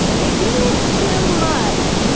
if you mix too much,